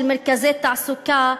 של מרכזי תעסוקה,